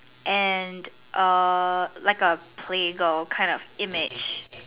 and err a playgirl kind of image